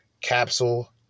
Capsule